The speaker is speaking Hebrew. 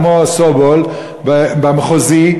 כמו סובול במחוזי,